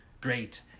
great